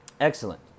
Excellent